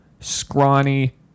scrawny